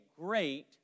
great